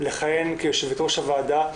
לכהן כיושבת-ראש הוועדה.